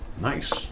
Nice